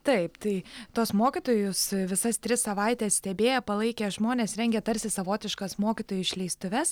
taip tai tuos mokytojus visas tris savaites stebėję palaikę žmonės rengia tarsi savotiškas mokytojų išleistuves